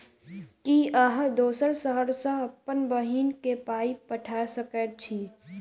की अहाँ दोसर शहर सँ अप्पन बहिन केँ पाई पठा सकैत छी?